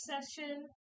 session